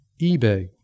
eBay